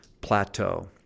plateau